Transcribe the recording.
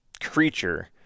creature